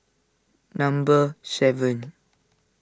number seven